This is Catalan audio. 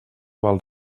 val